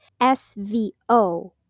SVO